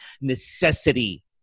necessity